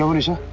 so nisha